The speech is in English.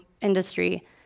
industry